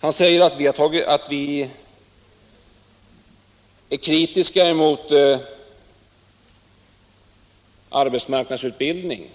Han säger att vi är kritiska mot arbetsmarknadsutbildningen.